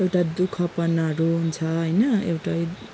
एउटा दु खपनहरू हुन्छ होइन एउटा